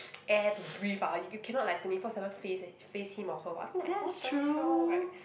air to breathe ah you you cannot like twenty four seven face eh face him or her [what] I feel like !what-the-hell! right